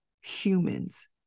humans